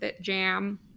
jam